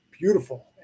beautiful